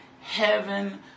heaven